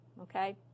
okay